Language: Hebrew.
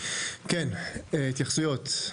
כן, התייחסויות?